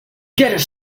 gathers